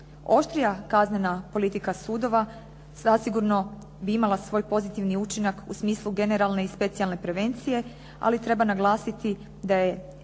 Oštrija kaznena politika sudova zasigurno bi imala svoj pozitivni učinak u smislu generalne i specijalne prevencije ali treba naglasiti da je